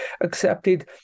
accepted